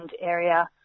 area